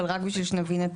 אבל רק בשביל שנבין את